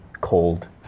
cold